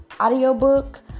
audiobook